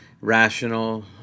rational